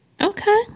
Okay